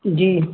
جی